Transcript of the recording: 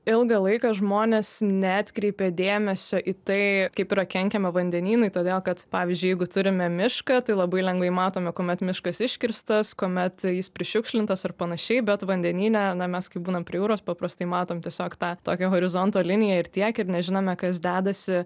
ilgą laiką žmonės neatkreipė dėmesio į tai kaip yra kenkiama vandenynui todėl kad pavyzdžiui jeigu turime mišką tai labai lengvai matome kuomet miškas iškirstas kuomet jis prišiukšlintas ar panašiai bet vandenyne a na mes kai būnam prie jūros paprastai matom tiesiog tą tokią horizonto liniją ir tiek ir nežinome kas dedasi